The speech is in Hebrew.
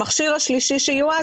המכשיר השלישי שיועד,